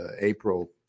April